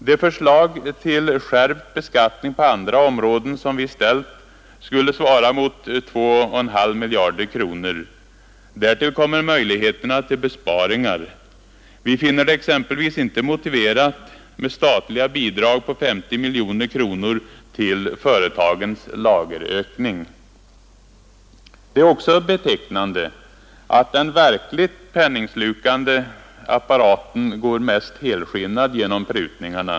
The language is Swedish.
Det förslag till skärpt beskattning på andra områden som vi framställt skulle svara mot 2,5 miljarder kronor. Därtill kommer möjligheterna till besparingar. Vi finner det exempelvis inte motiverat med statliga bidrag på 50 miljoner kronor till företagens lagerökning. Det är också betecknande att den verkligt penningslukande apparaten, nämligen militärapparaten, går mest helskinnad genom prutningarna.